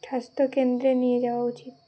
স্বাস্থ্য কেন্দ্রে নিয়ে যাওয়া উচিত